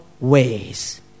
ways